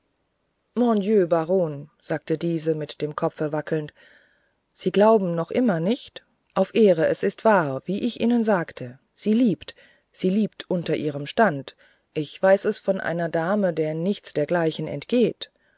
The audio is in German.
baron sagte diese mit dem kopfe wackelnd sie glauben noch immer nicht auf ehre es ist wahr wie ich ihnen sagte sie liebt sie liebt unter ihrem stande ich weiß es von einer dame der nichts dergleichen entgeht